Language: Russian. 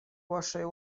вашей